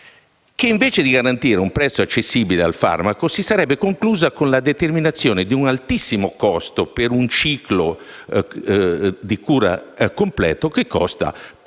che, invece di garantire un prezzo accessibile al farmaco, si sarebbe conclusa con la determinazione di un altissimo costo del farmaco, tale che un ciclo di cura completo costa poco meno